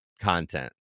content